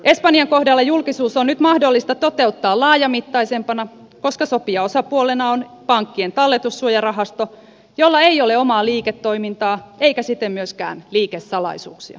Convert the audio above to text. espanjan kohdalla julkisuus on nyt mahdollista toteuttaa laajamittaisempana koska sopijaosapuolena on pankkien talletussuojarahasto jolla ei ole omaa liiketoimintaa eikä siten myöskään liikesalaisuuksia